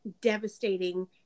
devastating